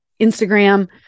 Instagram